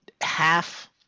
half